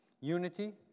unity